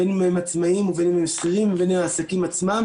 בין אם הם עצמאים ובין אם הם שכירים ובין אם הם העסקים עצמם.